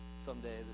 someday